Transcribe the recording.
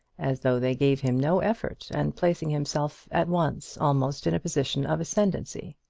as though they gave him no effort, and placing himself at once almost in a position of ascendency.